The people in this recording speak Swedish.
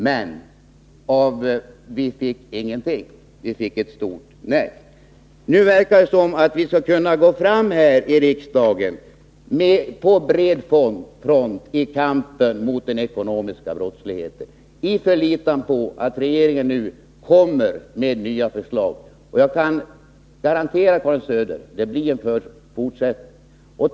Men vi fick ingenting annat än ett stort nej. Nu verkar det som om vi skulle kunna gå fram på bred front här i riksdagen i kampen mot den ekonomiska brottsligheten, i förlitan på att regeringen nu kommer med nya förslag. Jag kan garantera Karin Söder att det blir en fortsättning.